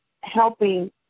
helping